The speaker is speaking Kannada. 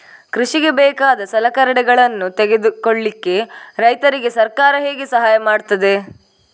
ಕೃಷಿಗೆ ಬೇಕಾದ ಸಲಕರಣೆಗಳನ್ನು ತೆಗೆದುಕೊಳ್ಳಿಕೆ ರೈತರಿಗೆ ಸರ್ಕಾರ ಹೇಗೆ ಸಹಾಯ ಮಾಡ್ತದೆ?